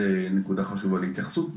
זו נקודה חשובה להתייחסות.